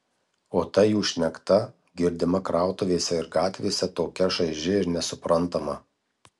o ta jų šnekta girdima krautuvėse ir gatvėse tokia šaiži ir nesuprantama